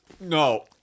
No